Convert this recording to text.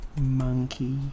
monkey